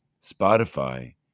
Spotify